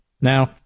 Now